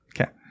Okay